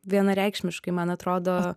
vienareikšmiškai man atrodo